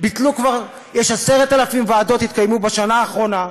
ביטלו כבר, 10,000 ועדות התקיימו בשנה האחרונה,